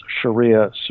Sharia